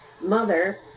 Mother